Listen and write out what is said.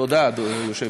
תודה, אדוני היושב-ראש.